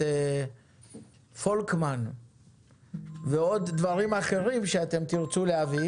פולקמן ועוד דברים אחרים שתרצו להביא